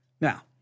Now